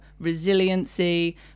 resiliency